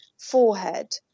forehead